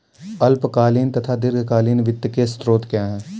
अल्पकालीन तथा दीर्घकालीन वित्त के स्रोत क्या हैं?